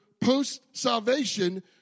post-salvation